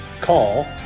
call